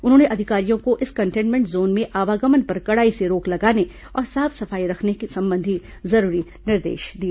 उन्होंने अधिकारियों को इस कंटेनमेंट जोन में आवागमन पर कड़ाई से रोक लगाने और साफ सफाई रखने संबंधी जरूरी निर्देश दिए